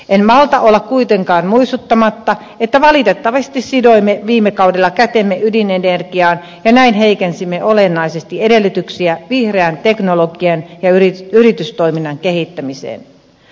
en malta olla kuitenkaan muistuttamatta että valitettavasti sidoimme viime kaudella kätemme ydinenergiaan ja näin heikensimme olennaisesti edellytyksiä vihreän teknologian ja yritystoiminnan kehittämiseen